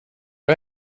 att